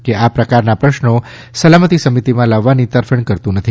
કે આ પ્રકારના પ્રશ્રો સલામતિ સમિતિમાં લાવવાની તરફેણ કરતું નથી